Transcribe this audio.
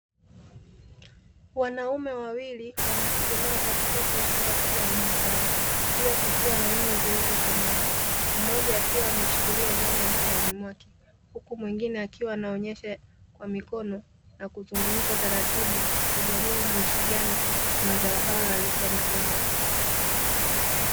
Wanaume wawili wamechuchumaa katikati ya shamba kubwa la mazao. Pia kukiwa na nyanya zilizokomaa. Mmoja akiwa ameshikilia nyanya mkononi mwake huku mwingine akiwa anaonyesha kwa mikono, na kuzungumza taratibu kujadili jinsi gani mazao hayo yalivyokuwa yamekomaa.